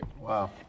Wow